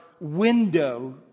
window